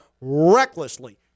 recklessly